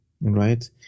right